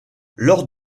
lors